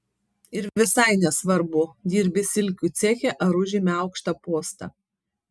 ir visai nesvarbu dirbi silkių ceche ar užimi aukštą postą